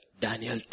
Daniel